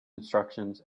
instructions